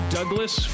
Douglas